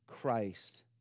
Christ